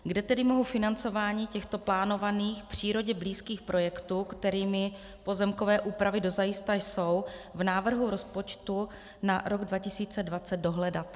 Kde tedy mohu financování těchto plánovaných přírodě blízkých projektů, kterými pozemkové úpravy dozajista jsou, v návrhu rozpočtu na rok 2020 dohledat?